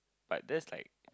like that's like